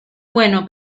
bueno